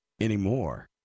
anymore